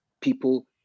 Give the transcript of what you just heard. people